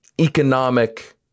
economic